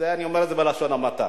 אני אומר את זה בלשון המעטה.